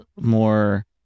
more